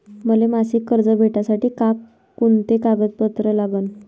मले मासिक कर्ज भेटासाठी का कुंते कागदपत्र लागन?